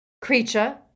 Creature